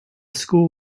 school